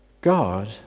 God